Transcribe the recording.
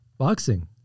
Boxing